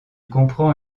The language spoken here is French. comprend